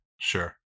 Sure